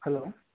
hello